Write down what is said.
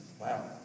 Wow